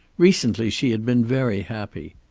recently she had been very happy.